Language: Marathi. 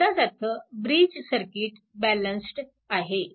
याचाच अर्थ ब्रिज सर्किट बॅलन्स्ड आहे